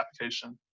application